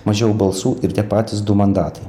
mažiau balsų ir tie patys du mandatai